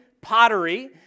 pottery